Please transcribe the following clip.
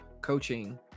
coaching